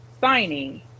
signing